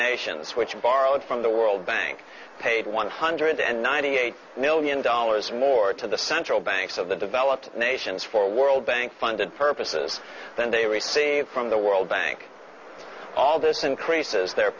nations which borrowed from the world bank paid one hundred ninety eight million dollars more to the central banks of the developed nations for world bank funded purposes than they received from the world bank all this increases their